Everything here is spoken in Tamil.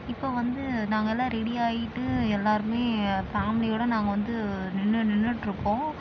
இப்போது வந்து நாங்கெல்லாம் ரெடி ஆகிட்டு எல்லாேருமே ஃபேமிலியோடு நாங்கள் வந்து நின்னு நின்றிட்ருக்கோம்